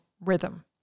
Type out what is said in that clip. rhythm